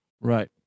Right